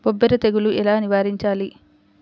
బొబ్బర తెగులు ఎలా నివారించాలి?